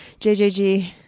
JJG